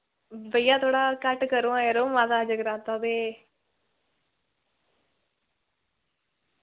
भैया थोह्ड़ा घट करो हां यरो माता दा जगराता ते